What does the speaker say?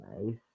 nice